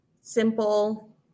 simple